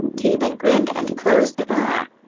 teabing grinned and closed the bar.